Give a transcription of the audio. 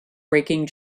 breaking